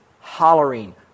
hollering